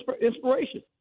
inspiration